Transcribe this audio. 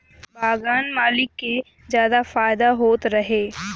बगान मालिक के जादा फायदा होत रहे